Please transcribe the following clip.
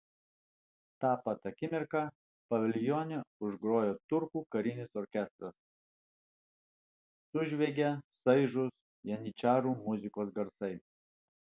tą pat akimirką paviljone užgroja turkų karinis orkestras sužviegia šaižūs janyčarų muzikos garsai